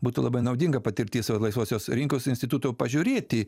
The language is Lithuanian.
būtų labai naudinga patirtis o laisvosios rinkos instituto pažiūrėti